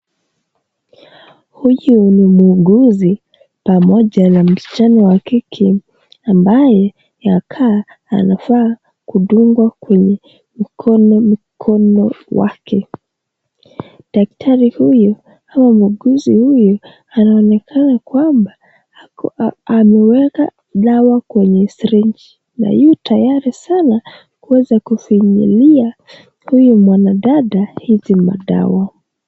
Huyu ni muuguzi pamoja na msichana wa kike ambaye anakaa anafaa kudungwa kwenye mkono wake daktari huyu au muuguzi huyu anaonekana kwamba ameweka dawa kwenye syringe na yu tayari sana kuweza kufinyilia huyu mwanadada hizi madawa.